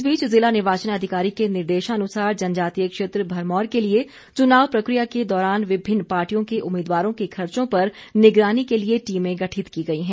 इस बीच जिला निर्वाचन अधिकारी के निर्देशानुसार जनजातीय क्षेत्र भरमौर के लिए चुनाव प्रक्रिया के दौरान विभिन्न पार्टियों के उम्मीदवारों के खर्चों पर निगरानी के लिए टीमें गठित की गई हैं